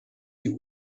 die